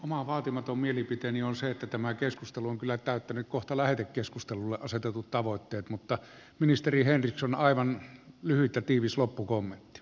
oma vaatimaton mielipiteeni on se että tämä keskustelu on kyllä täyttänyt kohta lähetekeskustelulle asetetut tavoitteet mutta ministeri henriksson aivan lyhyt ja tiivis loppukommentti